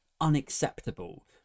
unacceptable